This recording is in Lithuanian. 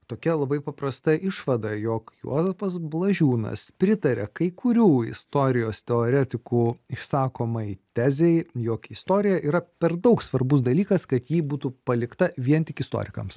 tokia labai paprasta išvada jog juozapas blažiūnas pritaria kai kurių istorijos teoretikų išsakomai tezei jog istorija yra per daug svarbus dalykas kad ji būtų palikta vien tik istorikams